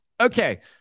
Okay